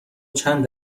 چند